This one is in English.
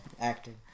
Acting